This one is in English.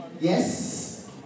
Yes